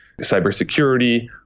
cybersecurity